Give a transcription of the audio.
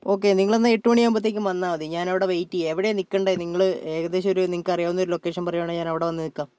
okay നിങ്ങൾ എന്നാൽ എട്ടു മണി ആകുമ്പോഴേക്കും വന്നാൽ മതി ഞാൻ അവിടെ വെയിറ്റ് ചെയ്യാം എവിടെയാണ് നിൽക്കേണ്ടത് നിങ്ങൾ ഏകദേശം ഒരു നിങ്ങൾക്കറിയാവുന്ന ലൊക്കേഷൻ പറയുകയാണെങ്കിൽ ഞാൻ അവിടെ വന്ന് നിൽക്കാം